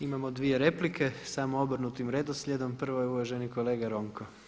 Imamo dvije replike samo obrnutim redoslijedom, prvi je uvaženi kolega Ronko.